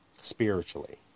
spiritually